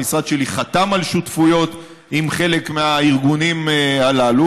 המשרד שלי חתם על שותפויות עם חלק מהארגונים הללו,